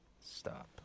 stop